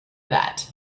that